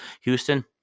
Houston